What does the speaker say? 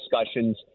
discussions